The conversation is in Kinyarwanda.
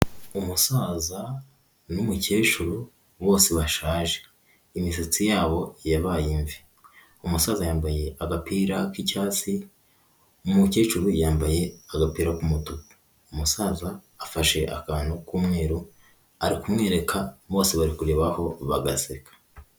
Umusaza n'umukecuru bose bashaje, imisatsi yabo yabaye imvi, umusaza yambaye agapira k'icyatsi, umukecuru yambaye agapira k'umutuku, umusaza afashe akantu k'umweru, ari kumwereka bose bari kurebaho bagaseka.